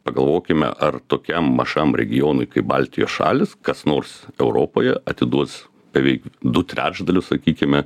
pagalvokime ar tokiam mažam regionui kaip baltijos šalys kas nors europoje atiduos beveik du trečdalius sakykime